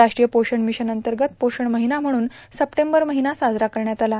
राष्ट्रीय पोषण भिशन अंतगत पोषण म्हणून सप्टबर माहना साजरा करण्यात आला